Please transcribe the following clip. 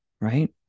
right